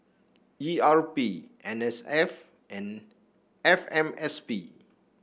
E R P N S F and F M S P